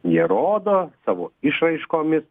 jie rodo savo išraiškomis